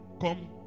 come